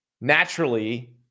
naturally